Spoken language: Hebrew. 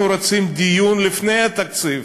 אנחנו רוצים דיון לפני התקציב.